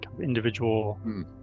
individual